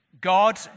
God